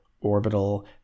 Orbital